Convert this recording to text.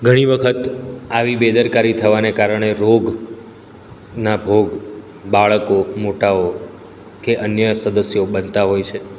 ઘણી વખત આવી બેદરકારી થવાને કારણે રોગના ભોગ બાળકો મોટાઓ કે અન્ય સદસ્યો બનતા હોય છે